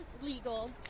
legal